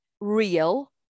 real